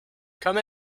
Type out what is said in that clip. come